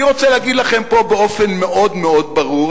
אני רוצה להגיד לכם פה באופן מאוד מאוד ברור,